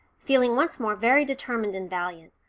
feeling once more very determined and valiant.